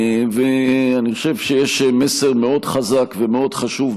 אני חושב שיש מסר מאוד חזק ומאוד חשוב